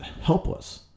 helpless